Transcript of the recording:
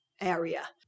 area